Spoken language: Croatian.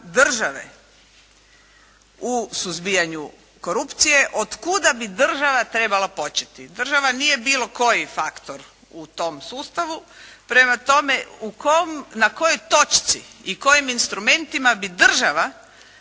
države u suzbijanju korupcije, otkuda bi država trebala početi. Država nije bilo koji faktor u tom sustavu. Prema tome, na kojoj točci i kojim instrumentima bi država